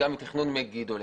תכנון מגידו,